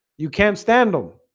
you can't stand them.